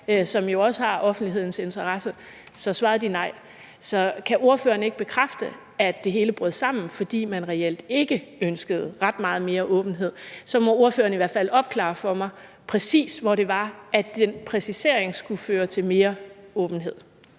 som jo også har offentlighedens interesse, for de svarede nej. Så kan ordføreren ikke bekræfte, at det hele brød sammen, fordi man reelt ikke ønskede ret meget mere åbenhed? Ellers må ordføreren i hvert fald opklare for mig, hvor det præcis var, at den præcisering skulle føre til mere åbenhed.